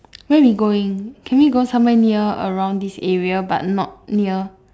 where we going can we go somewhere near around this area but not near